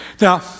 Now